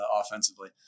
offensively